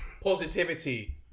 positivity